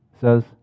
says